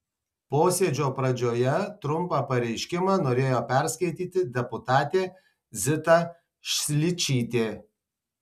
posėdžio pradžioje trumpą pareiškimą norėjo perskaityti deputatė zita šličytė